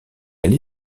elle